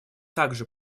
также